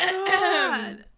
god